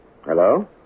Hello